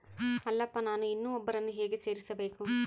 ಅಲ್ಲಪ್ಪ ನಾನು ಇನ್ನೂ ಒಬ್ಬರನ್ನ ಹೇಗೆ ಸೇರಿಸಬೇಕು?